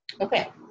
Okay